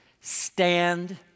stand